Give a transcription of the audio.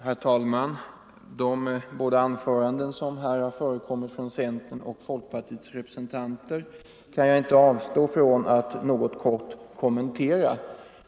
Herr talman! De båda anföranden som här har hållits av centerns och folkpartiets representanter kan jag inte avstå från att kort kommentera.